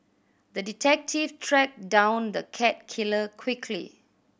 the detective tracked down the cat killer quickly